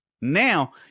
now